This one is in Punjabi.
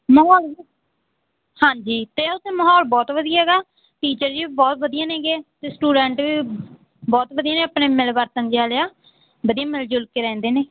ਹਾਂਜੀ ਅਤੇ ਨਾ ਉੱਥੇ ਮਹੌਲ ਬਹੁਤ ਵਧੀਆ ਗਾ ਟੀਚਰਸ ਵੀ ਬਹੁਤ ਵਧੀਆ ਨੇਗੇ ਅਤੇ ਸਟੂਡੈਂਟ ਵੀ ਬਹੁਤ ਵਧੀਆ ਨੇ ਆਪਣੇ ਮਿਲ ਵਰਤਣ ਜਿਹੇ ਵਾਲੇ ਆ ਵਧੀਆ ਮਿਲ ਜੁਲ ਕੇ ਰਹਿੰਦੇ ਨੇ